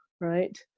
right